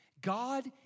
God